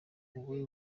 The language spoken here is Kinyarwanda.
wowe